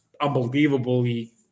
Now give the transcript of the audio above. unbelievably